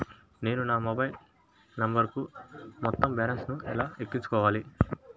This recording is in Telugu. నేను నా మొబైల్ నంబరుకు మొత్తం బాలన్స్ ను ఎలా ఎక్కించుకోవాలి?